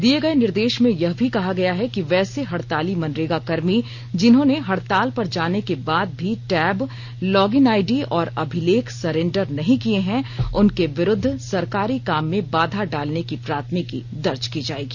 दिये गए निर्देश में यह भी कहा गया है कि वैसे हड़ताली मनरेगाकर्मी जिन्होंने हड़ताल पर जाने के बाद भी टैब लॉग इन आइडी और अभिलेख सरेंडर नहीं किये हैं उनके विरूद्व सरकारी काम में बाधा डालने की प्राथमिकी दर्ज की जायेगी